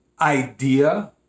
idea